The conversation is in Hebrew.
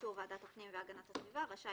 ובאישור ועדת הפנים של שטח החלקוהגנת הסביבה, רשאי